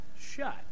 shut